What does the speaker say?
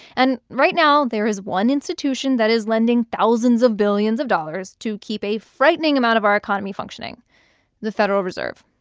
and right now there is one institution that is lending thousands of billions of dollars to keep a frightening amount of our economy functioning the federal reserve.